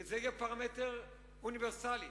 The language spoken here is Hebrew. וזה יהיה פרמטר אוניברסלי,